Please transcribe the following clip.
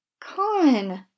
Con